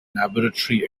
laboratory